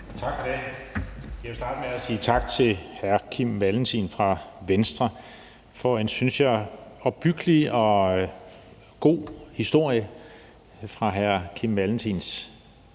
Tak for det. Jeg vil starte med at sige tak til hr. Kim Valentin fra Venstre for en, synes jeg, opbyggelig og god historie fra hr. Kim Valentins